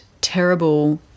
terrible